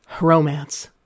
Romance